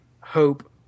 hope